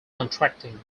contracting